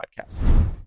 podcasts